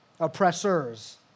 Oppressors